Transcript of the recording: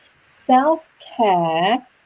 self-care